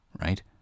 right